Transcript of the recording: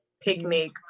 picnic